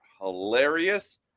hilarious